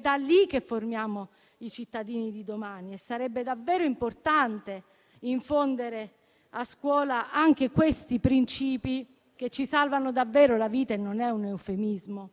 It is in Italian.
Da lì formiamo i cittadini di domani e sarebbe davvero importante infondere a scuola anche questi principi che ci salvano davvero la vita, e non è un eufemismo.